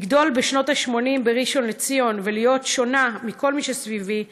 לגדול בשנות ה-80 בראשון-לציון ולהיות שונה מכל מי שסביבי,